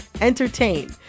entertain